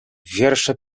wiersze